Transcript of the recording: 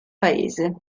paese